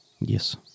Yes